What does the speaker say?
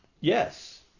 Yes